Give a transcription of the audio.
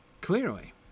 Clearly